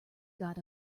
god